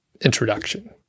introduction